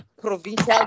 Provincial